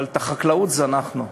אבל את החקלאות זנחנו.